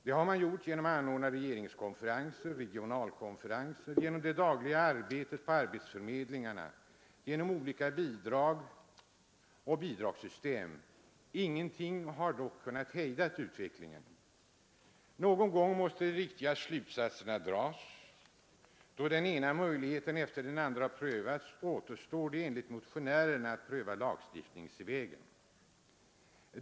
Det har man gjort genom att anordna regeringskonferenser och regionalkonferenser, genom det dagliga arbetet på arbetsförmedlingarna, genom olika bidrag och bidragssystem. Ingenting har dock kunnat hejda utvecklingen. Någon gång måste de riktiga slutsatserna dras. Då den ena möjligheten efter den andra har prövats återstår det enligt motionärerna att pröva lagstiftningsvägen.